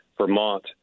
Vermont